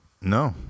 no